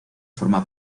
forma